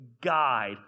guide